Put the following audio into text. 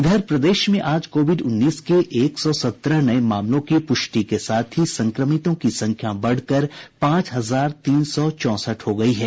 इधर प्रदेश में आज कोविड उन्नीस के एक सौ सत्रह नये मामलों की पुष्टि के साथ ही संक्रमितों की संख्या बढ़कर पांच हजार तीन सौ चौंसठ हो गयी है